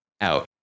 out